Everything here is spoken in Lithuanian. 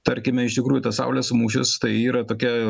tarkime iš tikrųjų tas saulės mūšis tai yra tokia